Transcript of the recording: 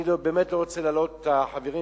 אני באמת לא רוצה להלאות את החברים,